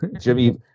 Jimmy